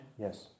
Yes